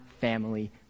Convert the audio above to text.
family